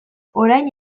orain